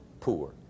poor